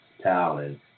talent